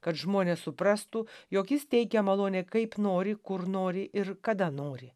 kad žmonės suprastų jog jis teikia malonę kaip nori kur nori ir kada nori